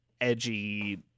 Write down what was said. edgy